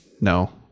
No